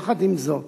יחד עם זאת,